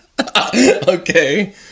Okay